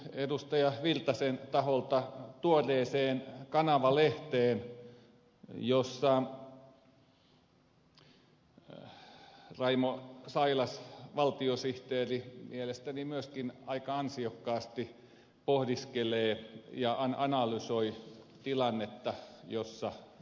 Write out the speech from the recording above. erkki virtasen taholta tuoreeseen kanava lehteen jossa raimo sailas valtiosihteeri mielestäni myöskin aika ansiokkaasti pohdiskelee ja analysoi tilannetta jossa nyt ollaan